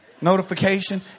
notification